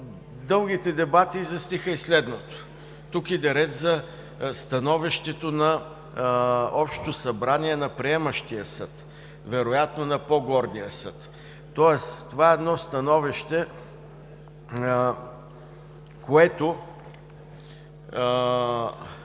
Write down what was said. Дългите дебати изясниха и следното: тук иде реч за становището на Общото събрание на приемащия съд – вероятно на по-горния съд, тоест това е едно становище, което